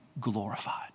glorified